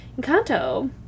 Encanto